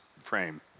frame